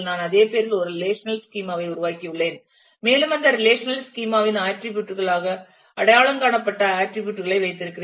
நான் அதே பெயரில் ஒரு ரெலேஷனல் ஸ்கீமா ஐ உருவாக்கியுள்ளேன் மேலும் அந்த ரெலேஷனல் ஸ்கீமா இன் ஆட்டிரிபியூட் களாக அடையாளம் காணப்பட்ட ஆட்டிரிபியூட் களை வைத்திருக்கிறேன்